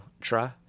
try